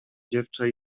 dziewczę